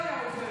כבוד השר,